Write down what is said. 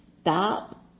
stop